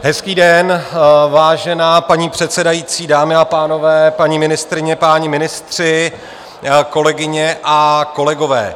Hezký den, vážená paní předsedající, dámy a pánové, paní ministryně, páni ministři, kolegyně a kolegové.